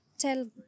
Tell